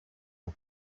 and